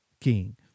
king